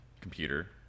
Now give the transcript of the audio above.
computer